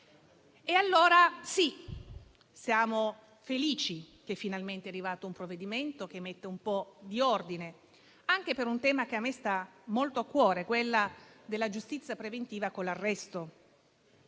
E allora, sì, siamo felici che finalmente sia arrivato un provvedimento che mette un po' di ordine, anche per un tema che a me sta molto a cuore, quello della giustizia preventiva con l'arresto,